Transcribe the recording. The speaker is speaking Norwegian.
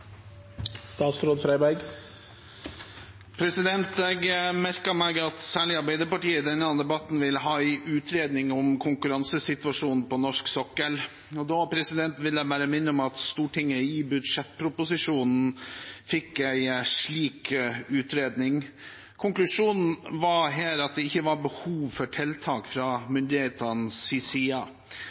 Jeg merket meg i denne debatten at særlig Arbeiderpartiet vil ha en utredning om konkurransesituasjonen på norsk sokkel. Da vil jeg minne om at Stortinget i budsjettproposisjonen fikk en slik utredning. Konklusjonen var at det ikke var behov for tiltak fra myndighetenes side,